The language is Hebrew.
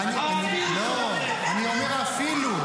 אני אומר: אפילו.